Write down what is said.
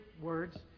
words